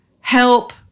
help